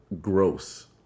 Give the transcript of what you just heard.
gross